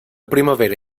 primavera